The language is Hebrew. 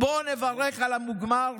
בואו נברך על המוגמר.